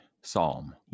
psalm